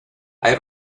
hay